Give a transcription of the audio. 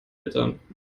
eltern